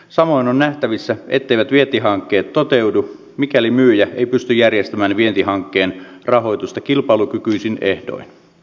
samoin on nähtävissä etteivät vientihankkeet toteudu mikäli myyjä ei pysty järjestämään vientihankkeen rahoitusta kilpailukykyisin ehdoin